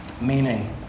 meaning